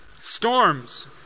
storms